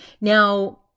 Now